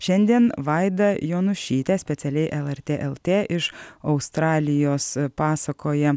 šiandien vaida jonušytė specialiai lrt lt iš australijos pasakoja